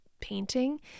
painting